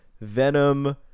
Venom